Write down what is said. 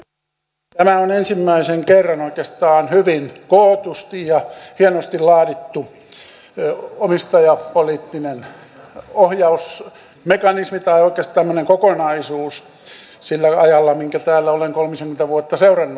tämä on ensimmäisen kerran oikeastaan hyvin kootusti ja hienosti laadittu omistajapoliittinen ohjausmekanismi tai oikeastaan tämmöinen kokonaisuus sillä ajalla minkä täällä olen kolmisenkymmentä vuotta näitä seurannut